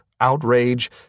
outrage